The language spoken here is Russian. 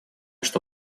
что